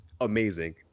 amazing